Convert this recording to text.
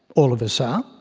all of us are,